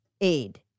aid